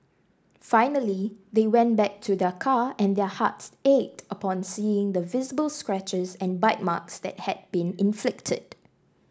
finally they went back to their car and their hearts ached upon seeing the visible scratches and bite marks that had been inflicted